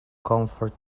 comfort